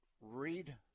read